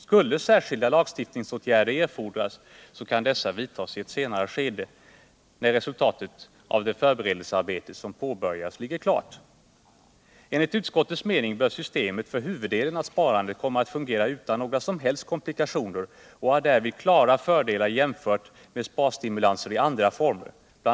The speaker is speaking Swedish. Skulle särskilda lagstiftningsåtgärder erfordras, kan dessa vidtas i ett senare skede, när resultatet av det förberedelsearbete som påbörjats ligger klart. Enligt utskottets mening bör systemet för huvuddelen av sparandet komma att fungera utan några som helst komplikationer och har därvid klara fördelar jämfört med sparstimulanser i andra former. Bl.